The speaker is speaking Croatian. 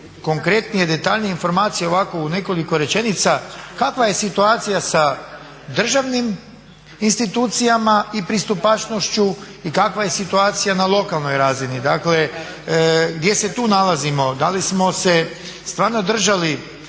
konkretnije, detaljnije informacije ovako u nekoliko rečenica kakva je situacija sa državnim institucijama i pristupačnošću i kakva je situacija na lokalnoj razini. Dakle, gdje se tu nalazimo, da li smo se stvarno držali